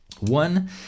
One